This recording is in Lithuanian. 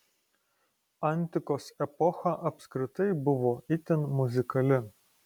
antikos epocha apskritai buvo itin muzikali